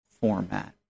format